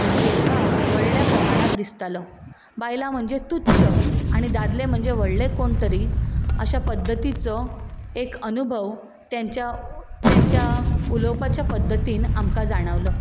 भेदभाव व्हडल्या प्रमाणात दिसतालो बायलां म्हणजे तुच्छ आणी दादले म्हणजे व्हडले कोण तरी अश्या पद्दतीचो एक अनुभव तांच्या तांच्या उलोवपाच्या पद्दतीन आमकां जाणावलो